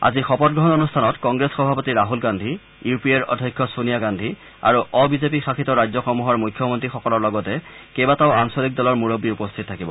আজিৰ শপতগ্ৰহণ অনুষ্ঠানত কংগ্ৰেছ সভাপতি ৰাহুল গান্ধী ইউ পি এৰ অধ্যক্ষা ছেনিয়া গান্ধী আৰু অ বিজেপি শাসিত ৰাজ্যসমূহৰ মুখ্যমন্ত্ৰীসকলৰ লগতে কেইবাটাও আঞ্চলিক দলৰ মুৰববী উপস্থিত থাকিব